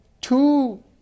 two